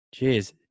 Jeez